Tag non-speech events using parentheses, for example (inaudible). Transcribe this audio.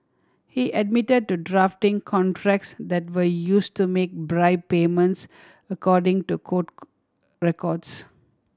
he admitted to drafting contracts that were used to make bribe payments according to court (unintelligible) records